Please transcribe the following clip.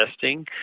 testing